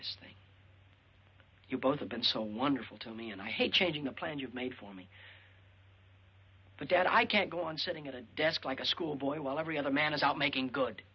this thing you both have been so wonderful to me and i hate changing a plan you've made for me the dad i can't go on sitting at a desk like a school boy while every other man is out making good